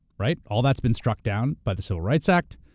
right? all that's been struck down by the civil rights act,